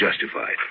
justified